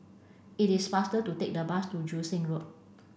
it is faster to take the bus to Joo Seng Road